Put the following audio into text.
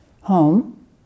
home